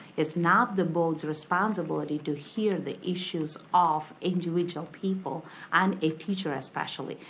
it's not the board's responsibility to hear the issues of individual people and a teacher especially.